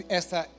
essa